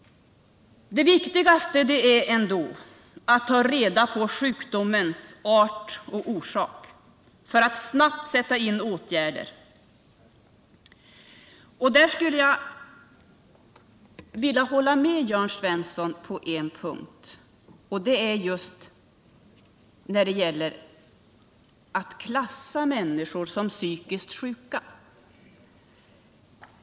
Det viktigaste är ändå att ta reda på sjukdomens art och orsak för att snabbt kunna sätta in åtgärder. Där skulle jag vilja hålla med Jörn Svensson på en punkt, nämligen när det gäller att klassa människor som psykiskt sjuka.